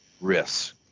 risks